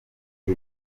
the